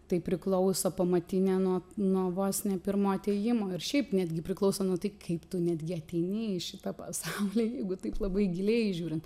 tai priklauso pamatinė nuo nuo vos ne pirmo atėjimo ir šiaip netgi priklauso nu tai kaip tu netgi ateini į šitą pasaulį jeigu taip labai giliai žiūrint